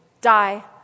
die